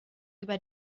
über